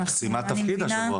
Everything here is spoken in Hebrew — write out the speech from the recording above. קיבלה תפקיד השבוע